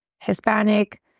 Hispanic